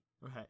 Right